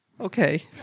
Okay